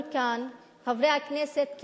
חברי הכנסת,